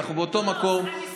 אנחנו באותו מקום.